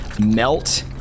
melt